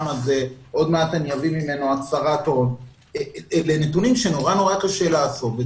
עוד מעט אצטרך הצהרת הון...אלה נתונים שמאוד מאוד קשה לאסוף.